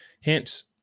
Hence